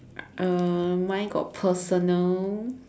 uh mine got personal